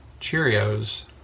Cheerios